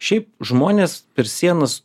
šiaip žmonės per sienas